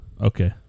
Okay